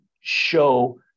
show